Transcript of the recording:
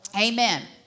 Amen